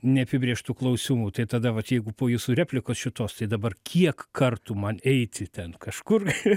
neapibrėžtų klausimų tai tada vat jeigu po jūsų replikos šitos tai dabar kiek kartų man eiti ten kažkur